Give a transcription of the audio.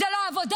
זאת לא עבודה,